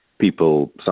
people